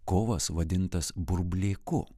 kovas vadintas burblėku